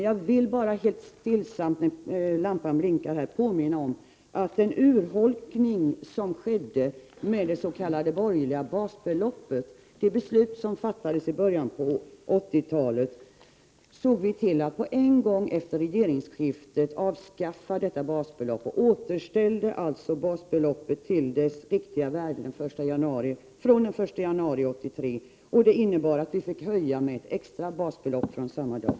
Jag vill bara helt stillsamt påminna om att den urholkning som skedde med det s.k. borgerliga basbeloppet genom det beslut som fattades i början av 1980-talet rättade vi till på en gång efter regeringsskiftet. Vi återställde alltså basbeloppet till dess riktiga värde från den 1 januari 1983, och det innebar att vi fick göra en extra höjning av basbeloppet från samma dag.